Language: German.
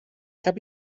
habe